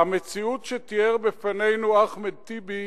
המציאות שתיאר בפנינו אחמד טיבי,